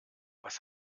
was